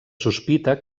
sospita